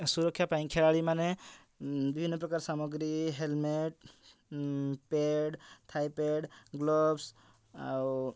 ସୁରକ୍ଷା ପାଇଁ ଖେଳାଳିମାନେ ବିଭିନ୍ନ ପ୍ରକାର ସାମଗ୍ରୀ ହେଲମେଣ୍ଟ ପ୍ୟାଡ଼୍ ଥାଇପ୍ୟାଡ଼୍ ଗ୍ଲୋବସ୍ ଆଉ